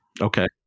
Okay